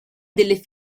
delle